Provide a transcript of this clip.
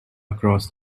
across